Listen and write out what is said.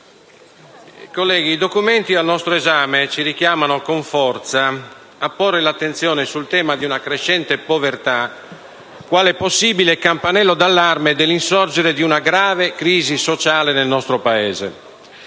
i documenti al nostro esame ci richiamano con forza a porre l'attenzione sul tema di una crescente povertà quale possibile campanello d'allarme dell'insorgere di una grave crisi sociale nel nostro Paese.